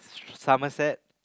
Somerset